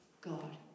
God